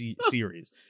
series